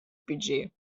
budget